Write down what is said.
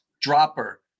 dropper